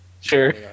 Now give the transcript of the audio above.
sure